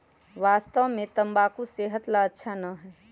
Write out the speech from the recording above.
वास्तव में तंबाकू सेहत ला अच्छा ना है